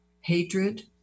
hatred